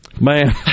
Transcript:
Man